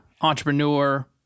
entrepreneur